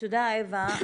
תודה אוה.